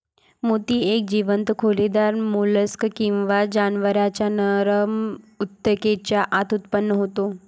मोती एक जीवंत खोलीदार मोल्स्क किंवा जनावरांच्या नरम ऊतकेच्या आत उत्पन्न होतो